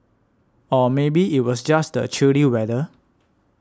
or maybe it was just the chilly weather